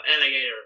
alligator